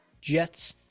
Jets